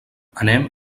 anem